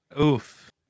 Oof